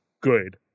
good